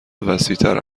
وسیعتر